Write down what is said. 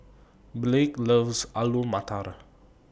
Blake loves Alu Matar